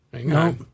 No